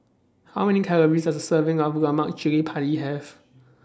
How Many Calories Does A Serving of Lemak Cili Padi Have